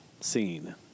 scene